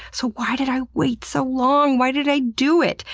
so why did i wait so long? why did i do it!